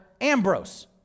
Ambrose